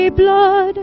blood